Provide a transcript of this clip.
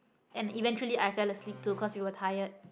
and eventually I fell asleep too cause we were tired